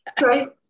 right